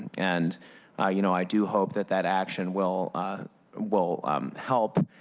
and ah you know i do hope that that action will ah will help